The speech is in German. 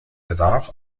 bedarf